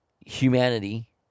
Humanity